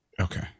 Okay